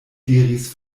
diris